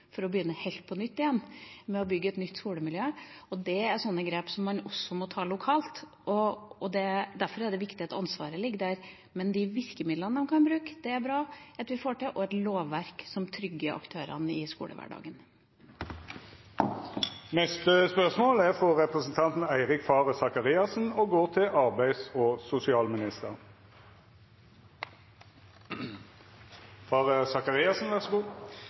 for å begynne helt på nytt med å bygge et nytt skolemiljø – er sånne grep som man må ta lokalt. Derfor er det viktig at ansvaret ligger der. Det bra at vi får til virkemidler de kan bruke – og et lovverk som trygger aktørene i skolehverdagen.